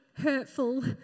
Hurtful